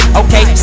okay